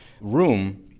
room